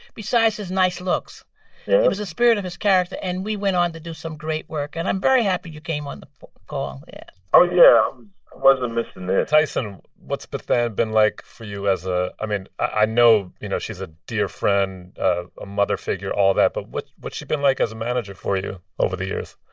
besides his nice looks yeah it was the spirit of his character. and we went on to do some great work. and i'm very happy you came on the call. yeah oh, yeah. i wasn't missing this tyson, what's bethann been like for you as a i mean, i know, you know, she's a dear friend, a a mother figure, all that. but what's what's she been like as a manager for you over the years?